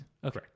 Correct